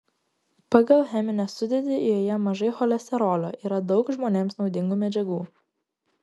pagal cheminę sudėtį joje mažai cholesterolio yra daug žmonėms naudingų medžiagų